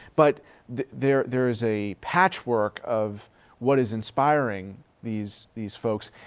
but there, there is a patchwork of what is inspiring these, these folks.